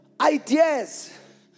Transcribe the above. ideas